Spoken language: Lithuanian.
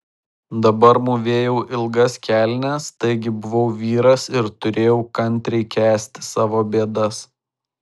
dabar mūvėjau ilgas kelnes taigi buvau vyras ir turėjau kantriai kęsti savo bėdas